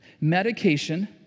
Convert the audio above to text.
Medication